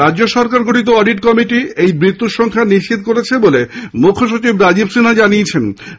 রাজ্য সরকারের গঠিত অডিট কমিটির এই মৃত্যুর সংখ্যা নিশ্চিত করেছে বলে মুখ্য সচিব রাজীব সিনহা জানিয়েছেন